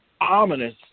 ominous